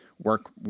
work